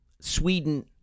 Sweden